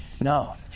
No